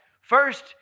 First